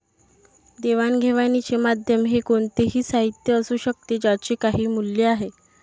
देवाणघेवाणीचे माध्यम हे कोणतेही साहित्य असू शकते ज्याचे काही मूल्य आहे